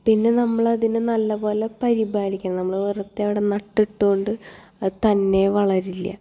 പിന്നെ നമ്മളതിനെ നല്ലപോലെ പരിപാലിക്കണം നമ്മൾ വെറുതെ അവിടെ നട്ടതുകൊണ്ട് അത് തന്നെ വളരില്ല